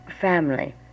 family